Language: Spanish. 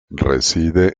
reside